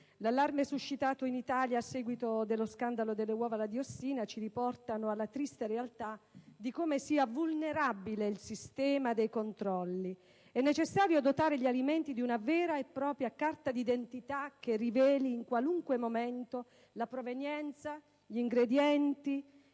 l'allarme suscitato in Italia dallo scandalo delle uova alla diossina ci riporta alla triste realtà di come sia vulnerabile il sistema dei controlli. È necessario dotare gli alimenti di una vera e propria carta d'identità che ne riveli in qualunque momento la provenienza, gli ingredienti,